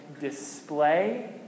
display